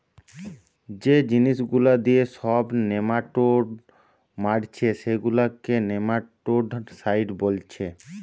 যে জিনিস গুলা দিয়ে সব নেমাটোড মারছে সেগুলাকে নেমাটোডসাইড বোলছে